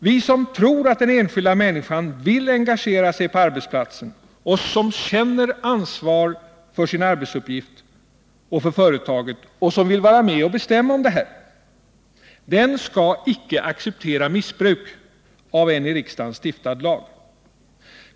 Vi som tror att den enskilda människan vill engagera sig på arbetsplatsen, känner ansvar i sin arbetsuppgift och för företaget och vill vara med och bestämma om detta, vi skall icke acceptera missbruk av en i riksdagen stiftad lag.